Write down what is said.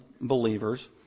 believers